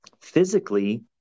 physically